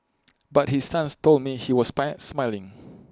but his sons told me he was by smiling